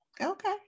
Okay